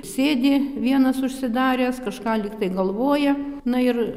sėdi vienas užsidaręs kažką lyg tai galvoja na ir